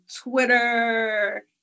Twitter